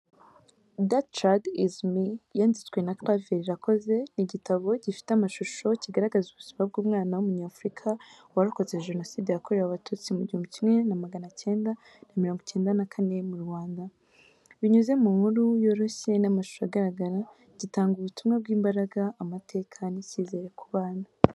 That Child Is Me yanditswe na Claver Irakoze, ni igitabo gifite amashusho kigaragaza ubuzima bw’umwana w’Umunyafurika warokotse Jenoside yakorewe Abatutsi mu gihumbi kimwe na magana cyenda na mirongo icyenda na kane mu Rwanda. Binyuze mu nkuru yoroshye n’amashusho agaragara, gitanga ubutumwa bw’imbaraga, amateka, n’icyizere ku bana.